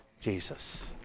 Jesus